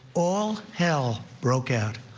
all hell broke out.